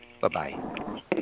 Bye-bye